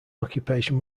occupation